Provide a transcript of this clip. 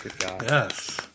Yes